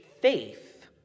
faith